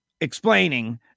explaining